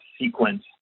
sequence